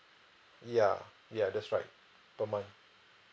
ya ya that's right per month